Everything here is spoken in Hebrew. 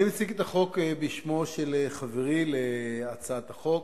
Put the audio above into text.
אני מציג את החוק בשמו של חברי להצעת החוק,